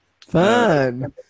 Fun